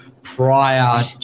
prior